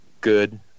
good